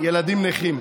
ילדים נכים.